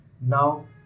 Now